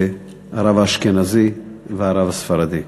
הרב האשכנזי והרב הספרדי.